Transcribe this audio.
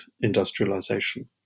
industrialization